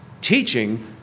teaching